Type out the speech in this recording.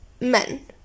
men